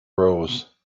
rose